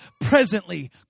Presently